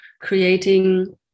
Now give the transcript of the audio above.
creating